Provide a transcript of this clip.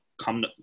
come